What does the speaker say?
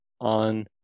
on